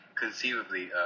conceivably